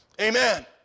Amen